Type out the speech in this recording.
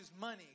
money